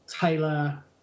Taylor